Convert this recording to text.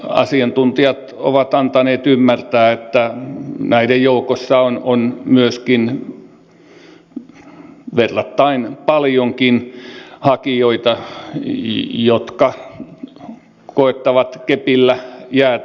asiantuntijat ovat antaneet ymmärtää että näiden joukossa on myöskin verrattain paljonkin hakijoita jotka koettavat kepillä jäätä